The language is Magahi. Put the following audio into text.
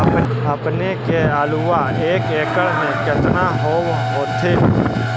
अपने के आलुआ एक एकड़ मे कितना होब होत्थिन?